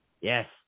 Yes